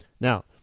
now